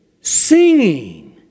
singing